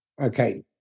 Okay